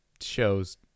shows